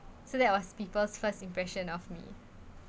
so that was people's first impression of me